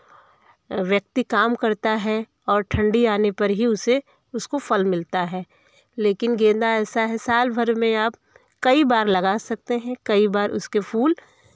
व्यक्ति काम करता है और ठंडी आने पर ही उसे उसको फल मिलता है लेकिन गेंदा ऐसा है साल भर में आप कई बार लगा सकते हैं कई बार उसके फूल